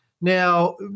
Now